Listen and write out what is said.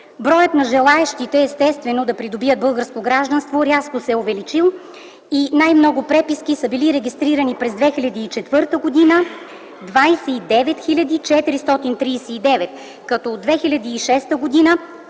броят на желаещите да придобият българско гражданство рязко се е увеличил. Най-много преписки са били регистрирани през 2004 г. – 29 439, като от 2006 г.